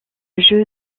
jeu